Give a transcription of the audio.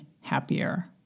happier